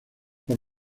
por